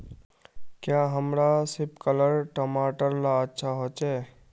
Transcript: क्याँ हमार सिपकलर टमाटर ला अच्छा होछै?